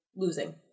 Losing